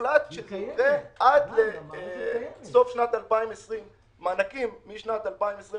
והוחלט שזה ייצא עד לשנת 2020. מענקים משנת 2021